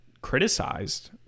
criticized